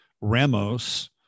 Ramos